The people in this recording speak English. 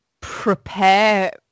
prepare